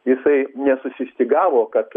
jisai nesusistygavo kad